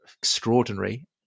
extraordinary